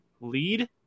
lead